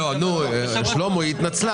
שלמה,